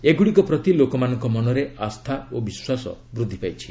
ଏଗୁଡ଼ିକ ପ୍ରତି ଲୋକମାନଙ୍କ ମନରେ ଆସ୍ଥା ଓ ବିଶ୍ୱାସ ବୃଦ୍ଧି ପାଇଛି